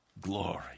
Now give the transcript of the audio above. glory